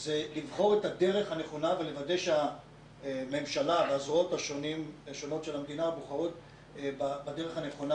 היא לוודא שהממשלה וזרועות הממשלה בוחרות בדרך הנכונה.